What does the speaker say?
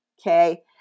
Okay